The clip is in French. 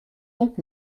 donc